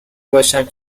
باشم